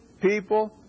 people